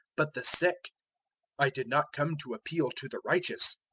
but the sick i did not come to appeal to the righteous,